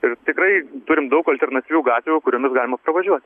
ir tikrai turim daug alternatyvių gatvių kuriomis galima pravažiuot